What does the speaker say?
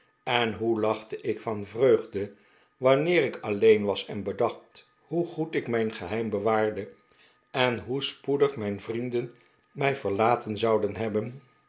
en hoe lachte ik van vreugde wanneer ik alleen was en bedac ht hoe goed ik mijn geheim bewaarde en hoe spoedig mijn vrienden mij ve'rlaten zouden hebben